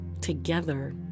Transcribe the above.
together